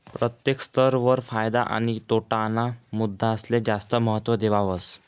प्रत्येक स्तर वर फायदा आणि तोटा ना मुद्दासले जास्त महत्व देवावस